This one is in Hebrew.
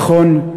נכון,